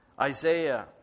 Isaiah